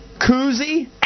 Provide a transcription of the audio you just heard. koozie